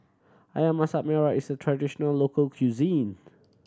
Ayam Masak Merah is a traditional local cuisine